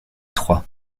trois